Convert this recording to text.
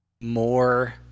more